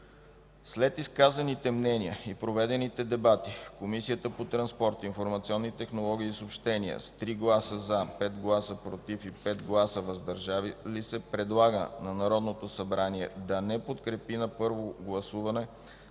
След изказаните мнения и проведените дебати Комисията по транспорт, информационни технологии и съобщения, с 3 гласа „за”, 5 гласа „против” и 5 гласа „въздържали се”, предлага на Народното събрание да не подкрепи на първо гласуване